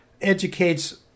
educates